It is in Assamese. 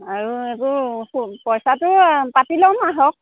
আৰু এইবোৰ পইচাটো পাতি ল'ম আহক